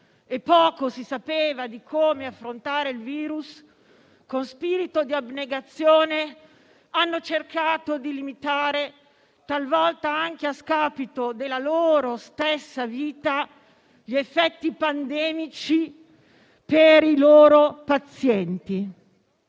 e poco si sapeva di come affrontare il virus, con spirito di abnegazione hanno cercato di limitare, talvolta anche a scapito della loro stessa vita, gli effetti pandemici per i loro pazienti.